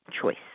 choice